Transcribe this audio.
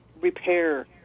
repair